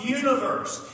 universe